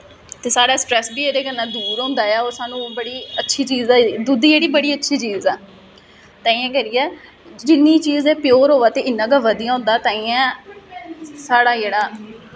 ते साढ़ा स्ट्रेस बी एह्दे कन्नै दूर होंदा ऐ ते ओह् सानूं बड़ी अच्छी चीज ऐ दुद्ध जेह्ड़ी ऐ बड़ी अच्छी चीज ऐ ताहियें करियै जि'न्नी चीज एह् प्योर होऐ ते इ'न्ना गै बधिया होंदा ताहियें साढ़ा जेह्ड़ा